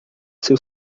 seu